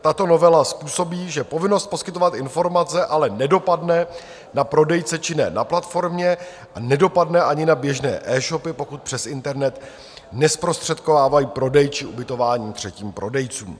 Tato novela způsobí, že povinnost poskytovat informace ale nedopadne na prodejce činné na platformě a nedopadne ani na běžné eshopy, pokud přes internet nezprostředkovávají prodej či ubytování třetím prodejcům.